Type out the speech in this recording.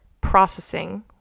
processing